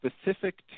specific